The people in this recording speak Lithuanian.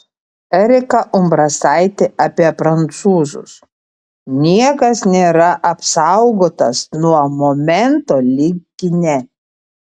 erika umbrasaitė apie prancūzus niekas nėra apsaugotas nuo momento lyg kine